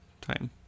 time